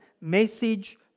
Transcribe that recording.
message